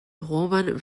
roman